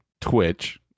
twitch